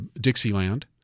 Dixieland